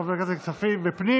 לפי בקשות חברי הכנסת לכספים והפנים,